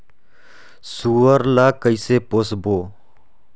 सुअर ला कइसे पोसबो?